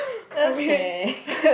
okay